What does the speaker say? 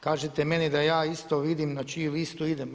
Kažete meni da ja isto vidim na čiju listu idem.